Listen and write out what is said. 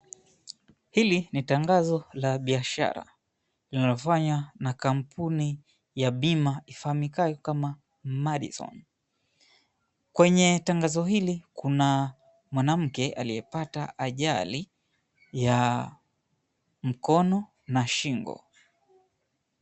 Hili ni tangazo la biashara, limefanywa na kampuni ya bima ifaamikayo kama Madison. Kwenye tangazo hili kuna mwanamke aliyepata ajali ya mkono na shingo.